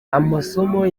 amasomo